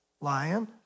Lion